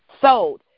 sold